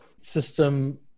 system